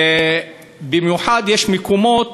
ובמיוחד יש מקומות